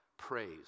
praise